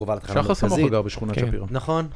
שחר סמוחה גר בשכונת שפירא. נכון